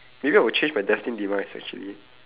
maybe I will change my destined demise actually